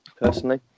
personally